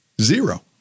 Zero